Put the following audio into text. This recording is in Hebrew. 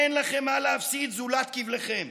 אין לכם מה להפסיד זולת כבליכם.